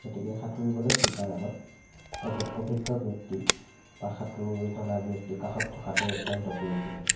গতিকে সাঁতুৰিবলৈ শিকাৰ আগত এজন অভিজ্ঞ ব্যক্তি বা সাঁতোৰ জনা ব্যক্তি কাষত থকাটো অত্যন্ত প্ৰয়োজনীয়